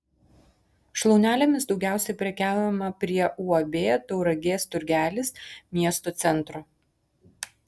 šlaunelėmis daugiausiai prekiaujama prie uab tauragės turgelis miesto centro